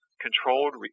controlled